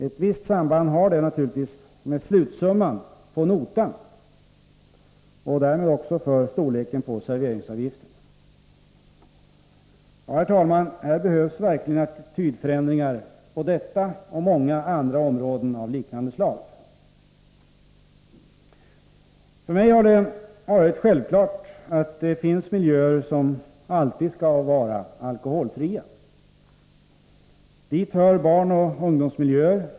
Ett visst samband har det naturligtvis med slutsumman på notan och därmed också med storleken på serveringsavgiften. Herr talman! Det behövs verkligen attitydförändringar på detta och många andra områden av liknande slag. För mig har det varit självklart att vissa miljöer alltid skall vara alkoholfria. Dit hör barnoch ungdomsmiljöer.